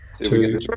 two